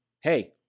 hey